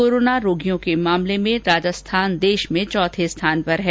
corona रोगियों के मामले में राजस्थान देष में चौथे स्थान पर है